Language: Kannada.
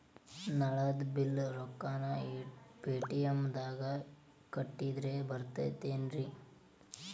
ನಳದ್ ಬಿಲ್ ರೊಕ್ಕನಾ ಪೇಟಿಎಂ ನಾಗ ಕಟ್ಟದ್ರೆ ಬರ್ತಾದೇನ್ರಿ?